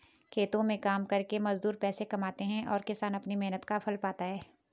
खेतों में काम करके मजदूर पैसे कमाते हैं और किसान अपनी मेहनत का फल पाता है